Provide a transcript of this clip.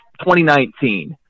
2019